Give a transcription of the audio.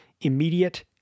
immediate